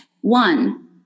One